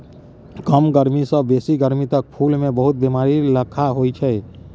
कम गरमी सँ बेसी गरमी तक फुल मे बहुत बेमारी लखा होइ छै